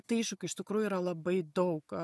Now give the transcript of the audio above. tai iššūkių iš tikrųjų yra labai daug